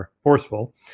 forceful